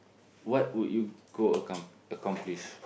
what would you go accom~ accomplish